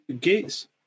Gates